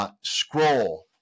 Scroll